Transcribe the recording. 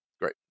Great